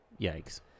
Yikes